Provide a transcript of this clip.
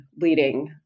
leading